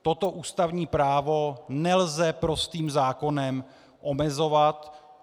Toto ústavní právo nelze prostým zákonem omezovat.